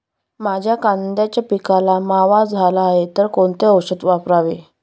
माझ्या कांद्याच्या पिकाला मावा झाला आहे तर कोणते औषध वापरावे?